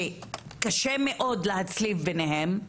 שקשה מאוד להצליב ביניהם,